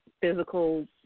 Physical